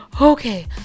Okay